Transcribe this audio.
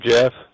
Jeff